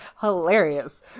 hilarious